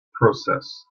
process